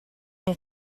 mon